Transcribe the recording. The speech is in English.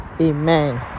Amen